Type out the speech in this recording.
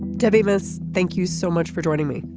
davis thank you so much for joining me.